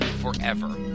forever